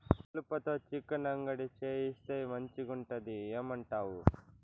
కలుపతో చికెన్ అంగడి చేయిస్తే మంచిగుంటది ఏమంటావు